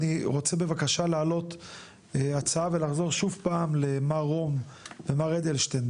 אני רוצה להעלות הצעה ולחזור שוב פעם למר רום ומר אדלשטיין,